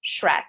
Shrek